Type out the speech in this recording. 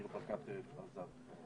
ניר ברקת כבר עזב.